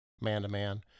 man-to-man